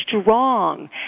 strong